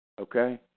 Okay